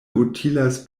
utilas